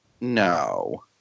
no